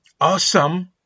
Awesome